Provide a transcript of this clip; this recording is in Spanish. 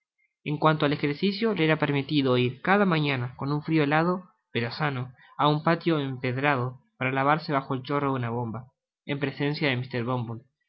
en cuanto al ejercicio le era permitido ir cada mañana con un frio helado pero sano á un patio empedrado para lavarse bajo el chorro de una bomba en presencia de mr